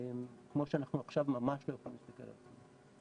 כמו שאנחנו עכשיו ממש לא יכולים להסתכל על עצמנו.